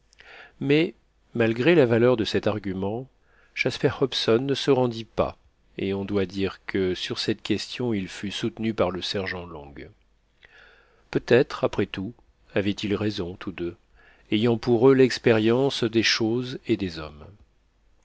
mais malgré la valeur de cet argument jasper hobson ne se rendit pas et on doit dire que sur cette question il fut soutenu par le sergent long peut-être après tout avaient-ils raison tous deux ayant pour eux l'expérience des choses et des hommes